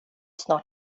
snart